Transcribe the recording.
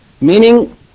Meaning